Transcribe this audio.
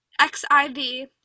xiv